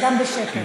וגם בשקט.